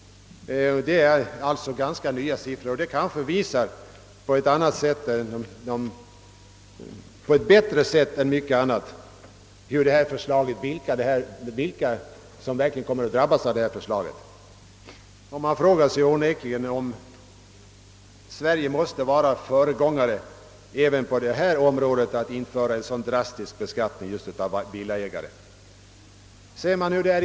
Detta visar bättre än mycket annat vilka som verkligen kommer att drabbas av detta förslag. Det finns anledning fråga sig om Sverige måste vara föregångare även på detta: område och införa en så drastisk beskattning av villaägarna.